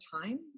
time